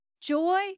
Joy